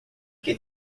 que